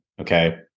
okay